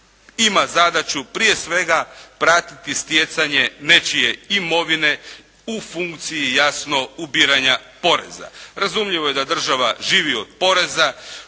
ima zadaću prije svega pratiti stjecanje nečije imovine u funkciji jasno ubiranja poreza. Razumljivo je da država živi od poreza.